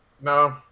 No